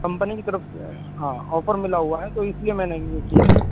company کی طرف سے ہاں آفر ملا ہوا ہے تو اس لیے میں نے یہ کیا ہے